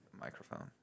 microphone